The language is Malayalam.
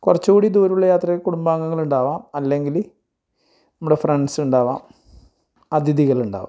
കുറച്ചുകൂടി ദൂരമുള്ള യാത്രയിൽ കുടുംബാഗങ്ങളുണ്ടാവാം അല്ലെങ്കിൽ നമ്മുടെ ഫ്രെണ്ട്സ്സുണ്ടാവാം അതിഥികളുണ്ടാവാം